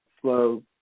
slow